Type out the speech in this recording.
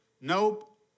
nope